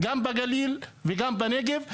גם בגליל וגם בנגב.